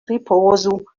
ripozu